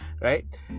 right